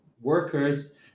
workers